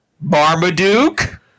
Marmaduke